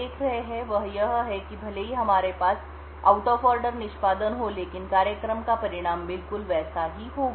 देख रहे हैं वह यह है कि भले ही हमारे पास आउट ऑफ ऑर्डर निष्पादन हो लेकिन कार्यक्रम का परिणाम बिल्कुल वैसा ही होगा